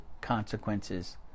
consequences